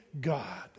God